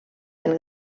del